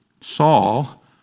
Saul